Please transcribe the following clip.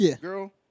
girl